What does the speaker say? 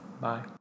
Bye